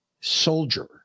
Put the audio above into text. soldier